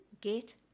get